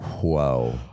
Whoa